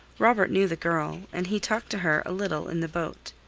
robert knew the girl, and he talked to her a little in the boat.